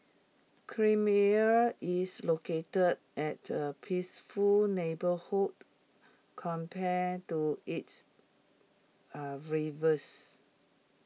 creamier is located at A peaceful neighbourhood compared to its A rivals